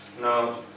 Now